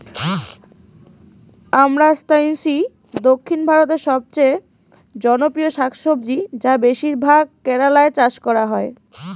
আমরান্থেইসি দক্ষিণ ভারতের সবচেয়ে জনপ্রিয় শাকসবজি যা বেশিরভাগ কেরালায় চাষ করা হয়